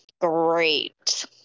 great